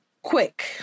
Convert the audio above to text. quick